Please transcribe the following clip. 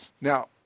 Now